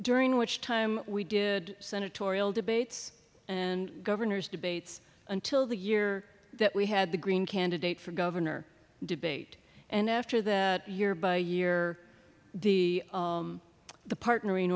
during which time we did senatorial debates and governor's debates until the year that we had the green candidate for governor debate and after that year by year the the partnering